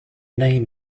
name